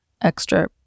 extra